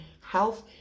health